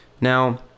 Now